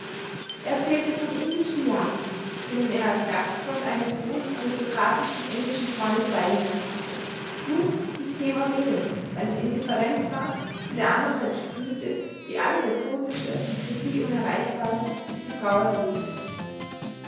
er erzählte von indischen jagden denen er als gastfreund eines hohen aristokratischen englischen freundes beigewohnt hatte klug dies thema wählend weil es indifferent war und er anderseits spürte wie alles exotische und für sie unerreichbare diese frau erregte